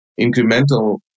Incremental